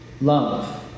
love